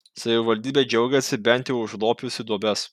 savivaldybė džiaugiasi bent jau užlopiusi duobes